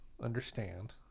understand